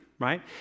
Right